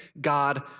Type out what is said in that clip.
God